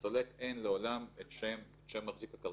לסולק אין לעולם את שם מחזיק הכרטיס,